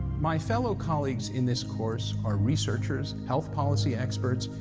my fellow colleagues in this course are researchers, health policy experts,